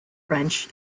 french